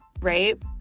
right